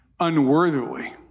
unworthily